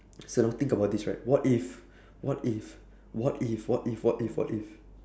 so now think about this right what if what if what if what if what if what if